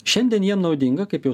šiandien jiem naudinga kaip jau